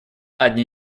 одни